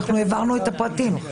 אנחנו העברנו את הפרטים.